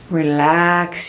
relax